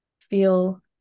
feel